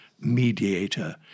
mediator